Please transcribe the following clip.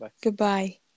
Goodbye